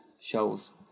shows